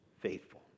faithful